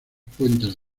puentes